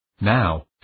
Now